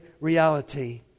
reality